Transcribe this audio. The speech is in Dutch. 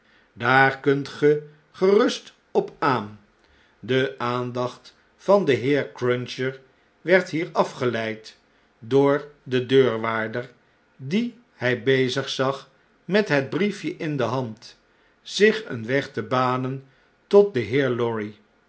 daar kunt ge gerust op aan de aandacht van den heer cruncher werd hier afgeleid door den deurwaarder dien hij bezig zag met hetbriefje in de hand zich een wegtebanen tot den heer lorry